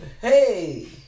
Hey